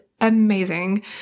amazing